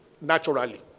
naturally